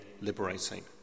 liberating